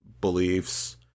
beliefs